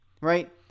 Right